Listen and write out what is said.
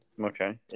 Okay